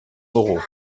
moreau